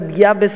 מגיעות